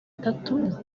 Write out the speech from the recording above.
tatu